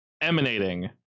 emanating